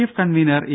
F convener A